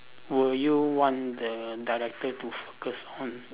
will you want the director to focus on